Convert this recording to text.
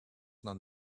not